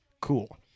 cool